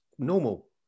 normal